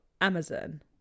amazon